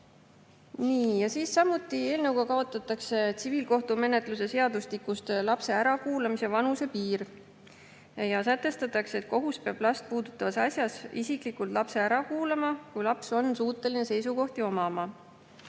Nii. Samuti kaotatakse eelnõuga tsiviilkohtumenetluse seadustikust lapse ärakuulamise vanusepiir ja sätestatakse, et kohus peab last puudutavas asjas isiklikult lapse ära kuulama, kui laps on suuteline seisukohti omama.